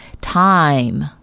time